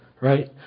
right